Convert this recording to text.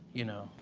you know